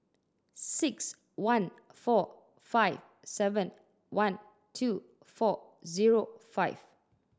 six one four five seven one two four zero five